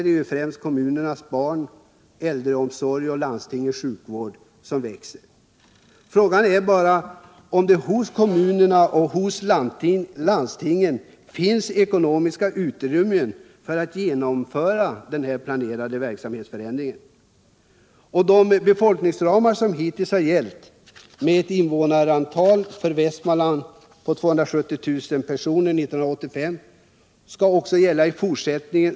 Det är främst kommunernas barnoch äldreomsorg och landstingets sjukvård som växer. Frågan är om det hos landstinget och kommunerna finns ekonomiskt utrymme att genomföra de planerade verksamhetsförändringarna. De befolkningsramar som hittills gällt — med ett invånarantal i Västmanland på 270 000 personer 1985 — skall gälla också i fortsättningen.